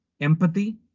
empathy